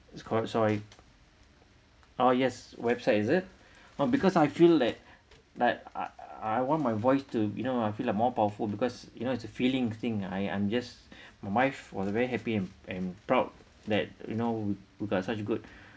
it's called sorry orh yes website is it orh because I feel that like I I want my voice to you know I feel like more powerful because you know it's a feeling thing I'm I'm just my wife was very happy and proud that you know you got such good